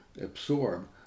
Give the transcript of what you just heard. absorb